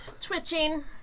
twitching